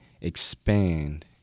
expand